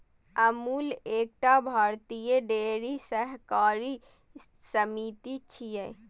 अमूल एकटा भारतीय डेयरी सहकारी समिति छियै